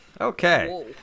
Okay